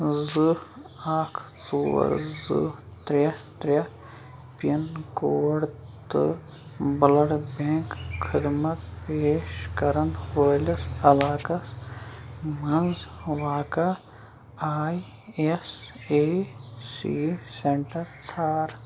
زٕ اَکھ ژور زٕ ترٛےٚ ترٛےٚ پِن کوڈ تہٕ بُلڈ بیٚنٛک خٔدمت پیش کَرن وٲلِس علاقس مَنٛز واقع I S A C centre ژھار